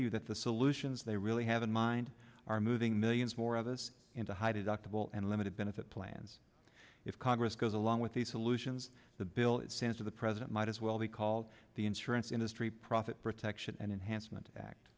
you that the solutions they really have in mind are moving millions more of us into hided act of will and limited benefit plans if congress goes along with the solutions the bill sense of the president might as well be called the insurance industry profit protection and enhancement act